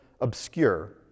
obscure